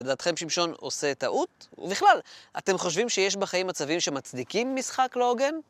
לדעתכם שמשון עושה טעות? ובכלל, אתם חושבים שיש בחיים מצבים שמצדיקים משחק לא הוגן?